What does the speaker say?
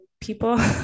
people